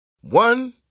One